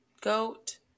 goat